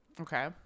Okay